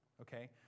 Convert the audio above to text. Okay